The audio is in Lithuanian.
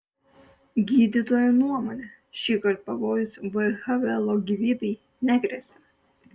gydytojų nuomone šįkart pavojus v havelo gyvybei negresia